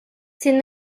sin